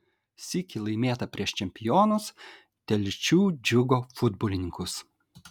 sykį laimėta prieš čempionus telšių džiugo futbolininkus